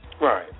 Right